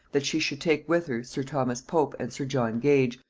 that she should take with her sir thomas pope and sir john gage,